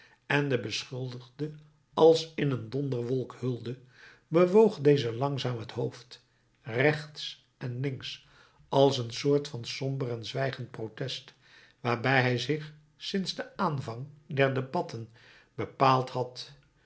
en den beschuldigde als in een donderwolk hulde bewoog deze langzaam het hoofd rechts en links als een soort van somber en zwijgend protest waarbij hij zich sinds den aanvang der debatten bepaald had